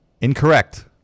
Incorrect